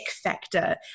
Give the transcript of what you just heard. factor